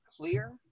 clear